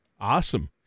Awesome